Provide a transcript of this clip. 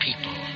people